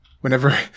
whenever